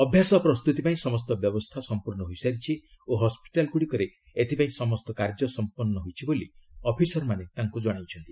ଅଭ୍ୟାସ ପ୍ରସ୍ତୁତି ପାଇଁ ସମସ୍ତ ବ୍ୟବସ୍ଥା ସମ୍ପୂର୍ଣ୍ଣ ହୋଇସାରିଛି ଓ ହସ୍କିଟାଲ୍ଗୁଡ଼ିକରେ ଏଥିପାଇଁ ସମସ୍ତ କାର୍ଯ୍ୟ ସମ୍ପନ୍ନ ହୋଇଛି ବୋଲି ଅଫିସର୍ ମାନେ ତାଙ୍କୁ ଜଣାଇଛନ୍ତି